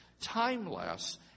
timeless